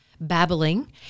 babbling